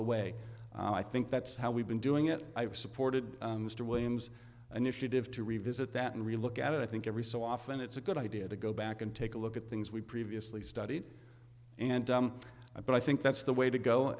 the way i think that's how we've been doing it i've supported the williams initiative to revisit that and relook at it i think every so often it's a good idea to go back and take a look at things we previously studied and i but i think that's the way to go